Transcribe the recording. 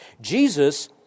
Jesus